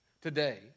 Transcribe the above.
Today